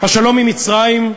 השלום עם מצרים,